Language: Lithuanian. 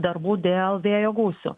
darbų dėl vėjo gūsių